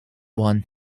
one